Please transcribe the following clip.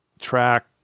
track